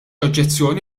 oġġezzjoni